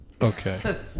okay